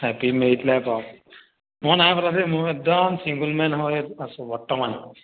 happy married life আৰু মই নাই পতা দেই মই একদম ছিংগুলমেন হৈ আছোঁ বৰ্তমান